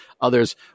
others